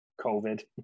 COVID